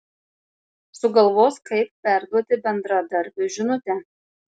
sugalvos kaip perduoti bendradarbiui žinutę